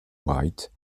white